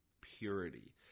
purity